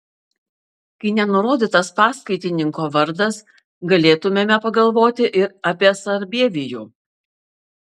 kai nenurodytas paskaitininko vardas galėtumėme pagalvoti ir apie sarbievijų